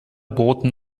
boten